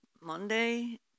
Monday